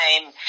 time